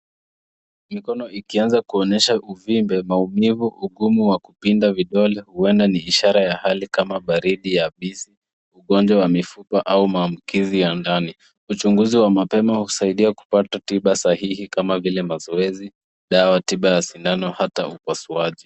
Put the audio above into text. Mikono ikianza kuonyesha uvimbe, maumivu, ugumu wa kupinda vidole huenda ni ishara ya hali kama ya baridi ya fizi, ugonjwa wa mifupa au maambukizi ya ndani. Uchunguzi wa mapema husaidia kupata tiba sahihi kama vile mazoezi, dawa, tiba ya sindano hata upasuaji.